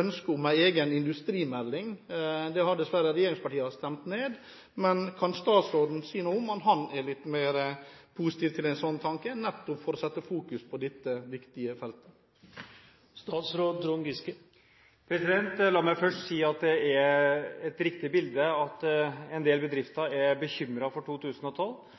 ønske om en egen industrimelding. Det har dessverre regjeringspartiene stemt ned, men kan statsråden si noe om hvorvidt han er litt mer positiv til en sånn tanke for å fokusere på dette viktige feltet? La meg først si at det er et riktig bilde at en del bedrifter er bekymret for 2012.